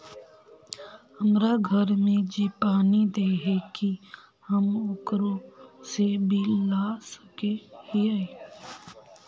हमरा घर में जे पानी दे है की हम ओकरो से बिल ला सके हिये?